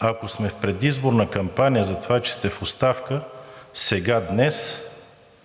ако сме в предизборна кампания, за това, че сте в оставка сега, днес,